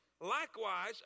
likewise